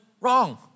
wrong